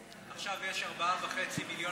עכשיו יש 4.5 מיליון